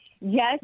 yes